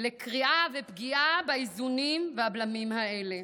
לקריעה ופגיעה באיזונים והבלמים האלה.